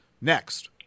Next